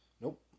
Nope